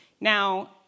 now